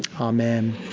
Amen